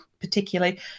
particularly